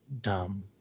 dumb